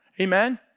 Amen